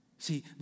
See